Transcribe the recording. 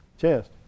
chest